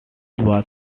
was